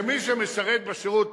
שמי שמשרת בשירות,